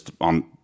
on